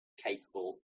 capable